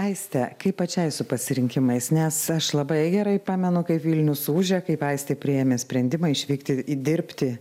aiste kaip pačiai su pasirinkimais nes aš labai gerai pamenu kaip vilnius ūžė kaip aistė priėmė sprendimą išvykti dirbti